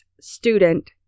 student